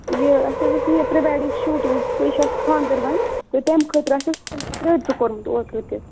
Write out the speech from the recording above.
یہِ اَسہِ حظ اوس یہِ پری ویڈِنٛگ شوٗٹِنٛگ بیٚیہِ چھِ اَسہِ خاندَر وۄنۍ تہٕ تَمہِ خٲطرٕ آسہِ اسہِ تۄہہِ سۭتۍ رٲبطہٕ کوٚرمُت اوترٕ تہِ